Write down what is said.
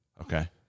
Okay